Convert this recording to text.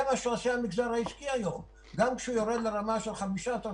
זה מה שעושה המגזר העסקי היום: גם כשהוא יורד לרמה של 15% או